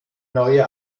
neue